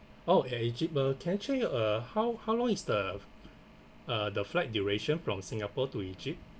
oh at egypt uh can I check you uh how how long is the uh the flight duration from singapore to egypt